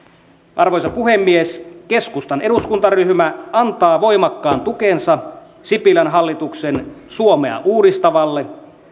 arvoisa puhemies keskustan eduskuntaryhmä antaa voimakkaan tukensa sipilän hallituksen suomea uudistavalle